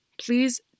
please